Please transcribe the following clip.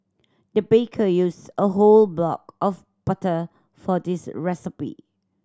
the baker used a whole block of butter for this recipe